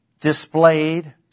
displayed